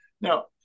Now